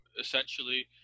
essentially